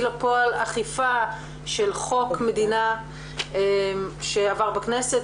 לפועל אכיפה של חוק מדינה שעבר בכנסת,